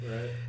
Right